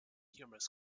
humorous